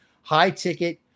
high-ticket